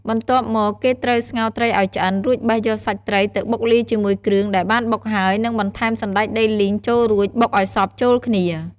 បន្ទាប់មកគេត្រូវស្ងោរត្រីឱ្យឆ្អិន រួចបេះយកសាច់ត្រីទៅបុកលាយជាមួយគ្រឿងដែលបានបុកហើយនិងបន្ថែមសណ្តែកដីលីងចូលរួចបុកឱ្យសព្វចូលគ្នា។